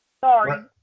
Sorry